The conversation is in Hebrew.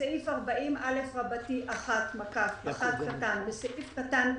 בסעיף 40א1 (1)בסעיף קטן (א),